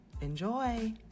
Enjoy